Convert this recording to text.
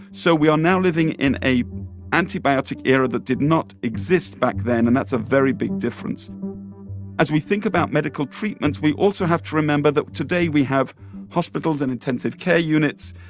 so we are now living in a antibiotic era that did not exist back then, and that's a very big difference difference as we think about medical treatments, we also have to remember that today we have hospitals and intensive care units.